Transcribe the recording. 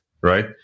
right